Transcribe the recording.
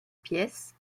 pièces